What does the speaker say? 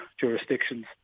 jurisdictions